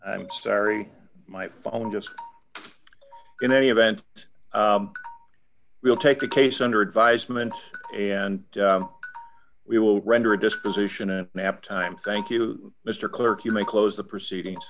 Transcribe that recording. i'm sorry my phone just in any event we'll take the case under advisement and we will render a disposition and naptime thank you mr clerk you may close the proceedings